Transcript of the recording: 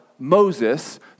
Moses